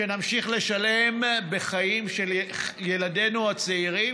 שנמשיך לשלם בחיים של ילדינו הצעירים